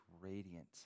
radiant